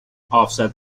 offset